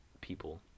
people